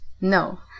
no